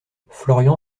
florian